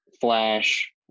Flash